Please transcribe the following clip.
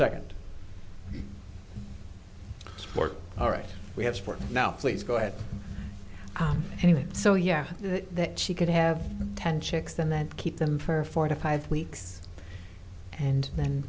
second sport all right we have sport now please go ahead anyway so yeah that she could have ten chicks and then keep them for four to five weeks and then